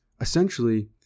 essentially